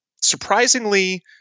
surprisingly